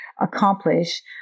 accomplish